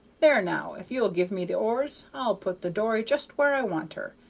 there now, if you'll give me the oars i'll put the dory just where i want her,